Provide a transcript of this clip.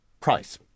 price